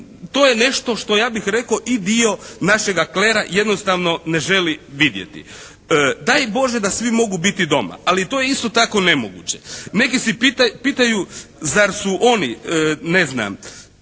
to je nešto što je ja bih rekao i dio našega klera, jednostavno ne želi vidjeti. Daj Bože da svi mogu biti doma. Ali to je isto tako nemoguće. Neki se pitaju zar su oni, ne znam,